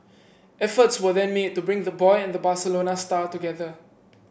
efforts were then made to bring the boy and the Barcelona star together